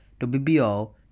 WBO